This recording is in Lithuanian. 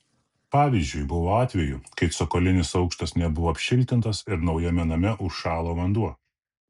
pavyzdžiui buvo atvejų kai cokolinis aukštas nebuvo apšiltintas ir naujame name užšalo vanduo